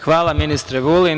Hvala ministre Vulin.